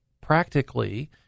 practically